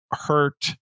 hurt